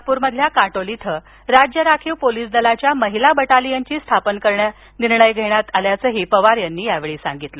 नागपूरमधील काटोल इथं राज्य राखीव पोलीस दलाच्या महिला बटालियनची स्थापना करण्याचा निर्णय घेण्यात आल्याचंही पवार यांनी सांगितलं